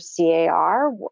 CAR